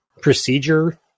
procedure